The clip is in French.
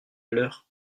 leur